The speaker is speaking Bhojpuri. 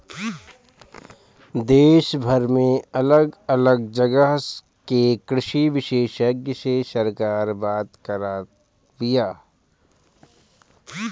देशभर में अलग अलग जगह के कृषि विशेषग्य से सरकार बात करत बिया